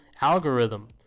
algorithm